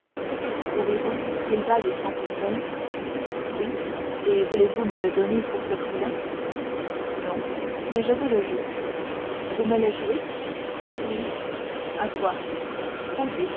trouvez-vous qu'il vaille cent pistoles oui et voulez-vous me le donner pour ce prix-là non mais je vous le joue vous me le jouez oui à quoi